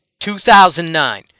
2009